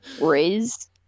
Riz